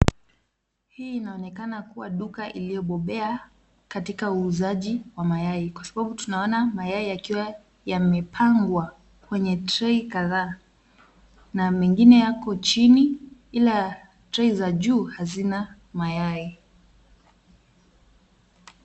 Hii inaonekana kuwa duka iliyobobea katika uuzaji wa mayai kwa sababu tunaona mayai yakiwa yamepangwa kwenye tray kadhaa na mengine yako chini ila tray za juu hazina mayai.